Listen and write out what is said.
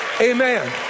Amen